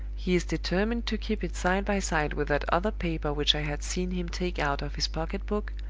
he is determined to keep it side by side with that other paper which i had seen him take out of his pocket-book,